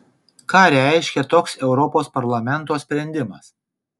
ką reiškia toks europos parlamento sprendimas